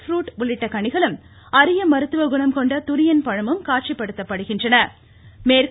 brute உள்ளிட்ட கனிகளும் அரிய மருத்துவ குணம் கொண்ட துரியன் பழமும் காட்சிப்படுத்தப்படுகின்றன